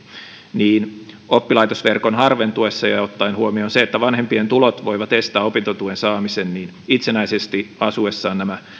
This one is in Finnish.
niin oppilaitosverkon harventuessa ja ja ottaen huomioon että vanhempien tulot voivat estää opintotuen saamisen itsenäisesti asuessaan nämä